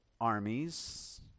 armies